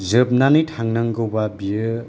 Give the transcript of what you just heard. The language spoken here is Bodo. जोबनानै थांनांगौबा बियो